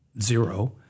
zero